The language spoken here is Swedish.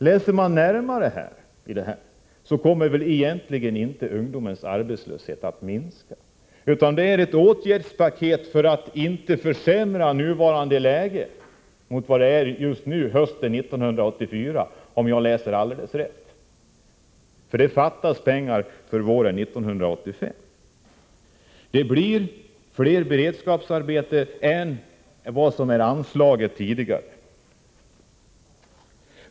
Läser man närmare finner man att ungdomens arbetslöshet egentligen inte kommer att minska. Det är ett åtgärdspaket för att inte försämra nuvarande läge, alltså göra läget sämre än vad det är hösten 1984. Det fattas pengar för våren 1985. Det blir fler beredskapsarbeten än man tidigare anslagit medel till.